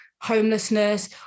homelessness